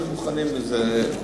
נהיה מוכנים לזה,